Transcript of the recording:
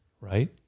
right